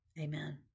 Amen